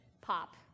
pop